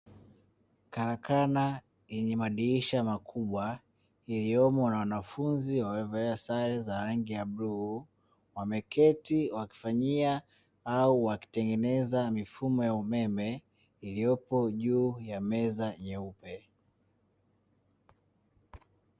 Karakana yenye madirisha makubwa, iliyomo na wanafunzi waliovalia sare za rangi ya bluu, wameketi wakifanyia au wakitengeneza mifumo ya umeme iliyopo juu ya meza nyeupe.